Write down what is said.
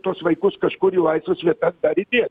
tuos vaikus kažkur į laisvas vietas dar įdėt